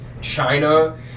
China